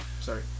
Sorry